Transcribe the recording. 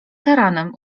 taranem